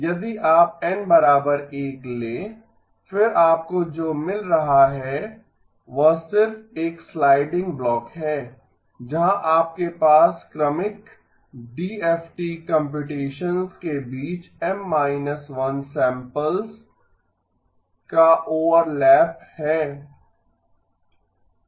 यदि आप N 1 ले फिर आपको जो मिल रहा है वह सिर्फ एक स्लाइडिंग ब्लॉक है जहां आपके पास क्रमिक डीएफटी कम्प्यूटेसंस के बीच M 1 सैम्प्लस का ओवरलैप है